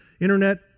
internet